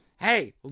hey